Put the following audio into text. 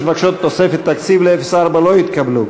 ההסתייגויות שמבקשות תוספת תקציב לסעיף 04 לא התקבלו.